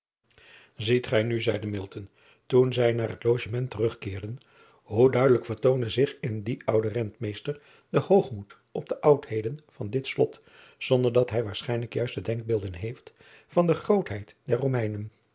iet gij nu zeide toen zij naar het logement terugkeerden hoe duidelijk vertoonde zich in dien ouden entmeester de hoogmoed op de udheden van dit lot zonder dat hij waarschijnlijk juiste denkbeelden heeft van de grootheid der omeinen